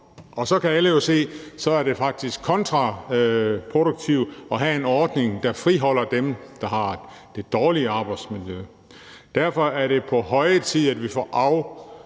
Og så kan alle jo se, at det faktisk er kontraproduktivt at have en ordning, der friholder dem, der har det dårlige arbejdsmiljø. Derfor er det på høje tid, at vi får